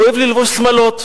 הוא אוהב ללבוש שמלות.